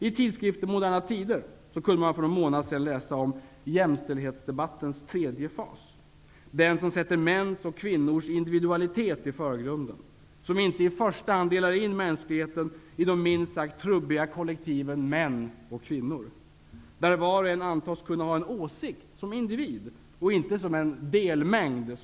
I tidskriften Moderna Tider kunde man för några månader sedan läsa om ''jämställdhetsdebattens tredje fas'', som sätter mäns och kvinnors individualitet i förgrunden och som inte i första hand delar in mänskligheten i de minst sagt trubbiga kollektiven män och kvinnor, där var och en antas kunna ha en åsikt som individ och inte som en delmängd .